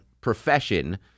profession